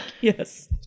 Yes